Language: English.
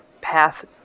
path